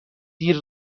دیر